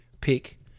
pick